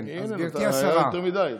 הינה, היה יותר מדי.